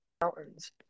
mountains